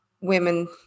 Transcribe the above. women